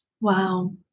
Wow